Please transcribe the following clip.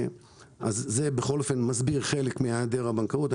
זה בכל אופן מסביר חלק מהיעדר הבנקאות.